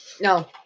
no